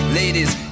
ladies